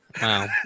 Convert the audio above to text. Wow